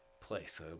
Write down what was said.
place